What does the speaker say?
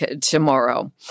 tomorrow